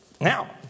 Now